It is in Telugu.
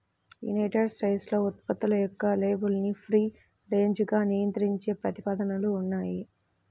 యునైటెడ్ స్టేట్స్లో ఉత్పత్తుల యొక్క లేబులింగ్ను ఫ్రీ రేంజ్గా నియంత్రించే ప్రతిపాదనలు ఉన్నాయి